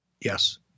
Yes